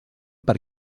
per